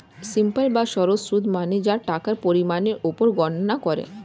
simple বা সরল সুদ মানে যা টাকার পরিমাণের উপর গণনা করে